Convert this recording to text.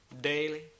daily